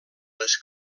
les